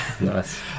Nice